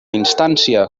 instància